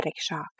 shock